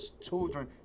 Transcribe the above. children